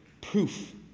proof